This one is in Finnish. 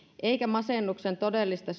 eikä masennuksen todellista